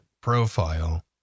profile